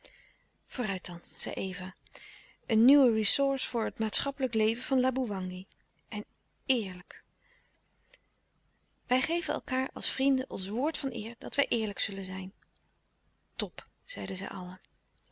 vooruit dan zei eva een nieuwe ressource voor het maatschappelijk leven van laboewangi en eerlijk wij geven elkâar als vrienden ons woord van eer dat wij eerlijk zullen zijn top zeiden zij allen